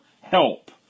help